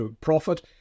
profit